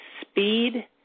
speed